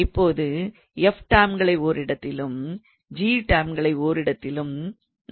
இப்போது f டெர்ம்களை ஓரிடத்திலும் g டெர்ம்களை ஓரிடத்திலும் நாம் சேகரிக்க போகிறோம்